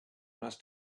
must